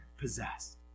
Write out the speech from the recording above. possessed